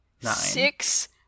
Six